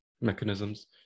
mechanisms